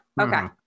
okay